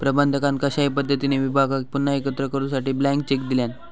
प्रबंधकान कशाही पद्धतीने विभागाक पुन्हा एकत्र करूसाठी ब्लँक चेक दिल्यान